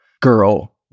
girl